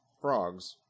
frogs